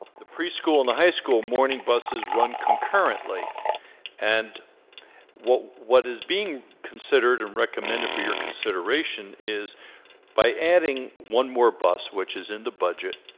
the preschool and the high school morning buses run concurrently and what what is being considered and recommended for your consideration is by adding one more bus which is in the budget